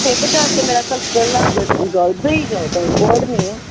ਸਿੱਖ ਇਤਿਹਾਸ ਤਾਂ ਮੇਰਾ ਖਿਆਲ ਇਕੱਲਾ ਗ ਅ ਗਰਲਜ਼ ਦਾ ਹੀ ਹੈਗਾ ਉਹ ਤਾਂ ਕੋਐਡ ਨਹੀਂ ਹੈ